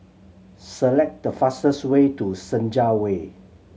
select the fastest way to Senja Way